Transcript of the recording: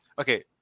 Okay